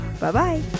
Bye-bye